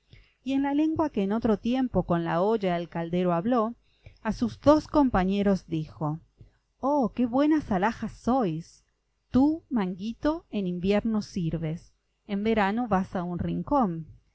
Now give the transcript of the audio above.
y en la lengua que en otro tiempo con la olla el caldero habló a sus dos compañeros dijo oh qué buenas alhajas sois tú manguito en invierno sirves en verano vas a un rincón